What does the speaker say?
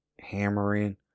hammering